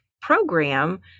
program